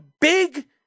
big